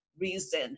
Reason